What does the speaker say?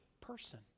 person